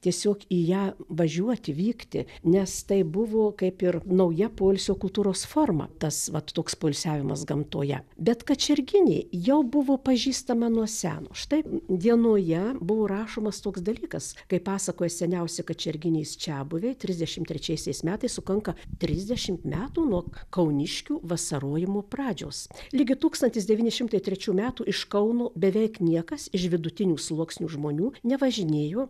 tiesiog į ją važiuoti vykti nes tai buvo kaip ir nauja poilsio kultūros forma tas vat toks poilsiavimas gamtoje bet kačerginė jau buvo pažįstama nuo seno štai dienoje buvo rašomas toks dalykas kaip pasakoja seniausi kačerginės čiabuviai trisdešim trečiaisiais metais sukanka trisdešimt metų nuo kauniškių vasarojimo pradžios ligi tūkstantis devyni šimtai trečių metų iš kauno beveik niekas iš vidutinių sluoksnių žmonių nevažinėjo